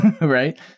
Right